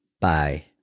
Bye